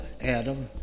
Adam